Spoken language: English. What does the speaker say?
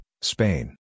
Spain